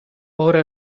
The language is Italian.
ora